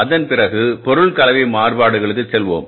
அதன் பிறகு பொருள் கலவை மாறுபாடுகளுக்கு நாம்செல்வோம்